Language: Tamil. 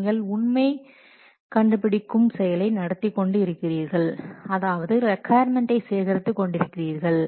நீங்கள் உண்மை கண்டு பிடிக்கும் செயலை நடத்தி கொண்டு இருக்கிறீர்கள் அதாவது ரிக்கொயர்மென்ட்டை சேகரித்துக் கொண்டிருக்கிறீர்கள்